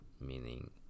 meaning